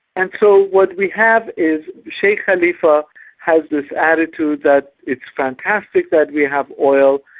and so what we have is sheik khalifa has this attitude that it's fantastic that we have oil,